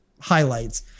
highlights